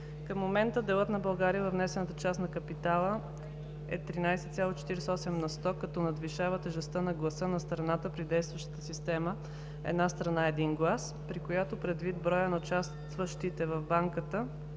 Към момента делът на България във внесената част на капитала е 13,48 на сто, като надвишава тежестта на гласа на страната при действащата система „една страна – един глас“, при която, предвид броя на участниците в Банката